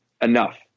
enough